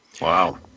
Wow